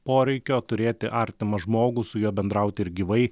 poreikio turėti artimą žmogų su juo bendrauti ir gyvai